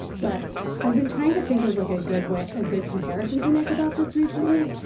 but i've been trying to think of like a good way, a good comparison to make about this recently.